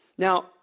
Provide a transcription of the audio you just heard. Now